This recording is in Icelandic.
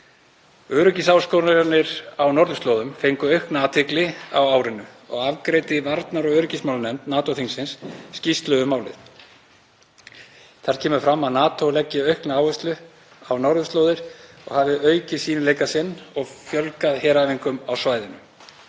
Öryggisáskoranir á norðurslóðum fengu aukna athygli á árinu og afgreiddi varnar- og öryggismálanefnd NATO-þingsins skýrslu um málið. Þar kemur fram að NATO leggi aukna áherslu á norðurslóðir og hafi aukið sýnileika sinn og fjölgað heræfingum á svæðinu.